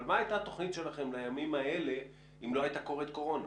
אבל מה הייתה התכנית שלכם לימים האלה אם לא הייתה קורית קורונה?